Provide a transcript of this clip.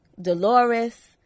Dolores